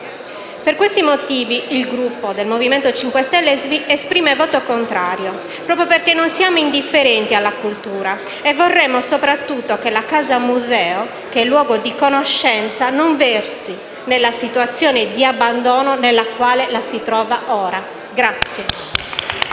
Per questi motivi, il Gruppo del Movimento 5 Stelle esprimerà un voto contrario, proprio perché non siamo indifferenti alla cultura e vorremmo soprattutto che la Casa Museo, che è luogo di conoscenza, non versasse nella situazione di abbandono nella quale si trova ora.